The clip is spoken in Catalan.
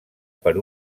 per